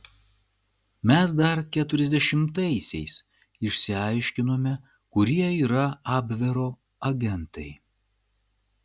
mes dar keturiasdešimtaisiais išsiaiškinome kurie yra abvero agentai